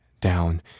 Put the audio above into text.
down